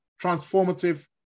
transformative